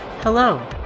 Hello